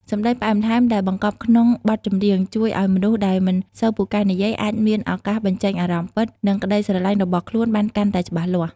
សម្តីផ្អែមល្ហែមដែលបង្កប់ក្នុងបទចម្រៀង ជួយឱ្យមនុស្សដែលមិនសូវពូកែនិយាយ អាចមានឱកាសបញ្ចេញអារម្មណ៍ពិត និងក្តីស្រឡាញ់របស់ខ្លួនបានកាន់តែច្បាស់លាស់។